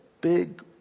big